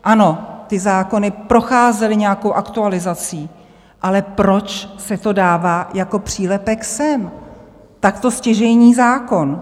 Ano, ty zákony procházely nějakou aktualizací, ale proč se to dává jako přílepek sem, takto stěžejní zákon?